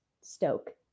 stoke